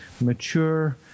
mature